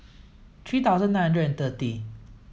three thousand nine hundred thirty